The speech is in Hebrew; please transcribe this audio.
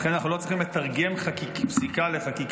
ולכן אנחנו לא צריכים לתרגם פסיקה לחקיקה.